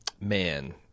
man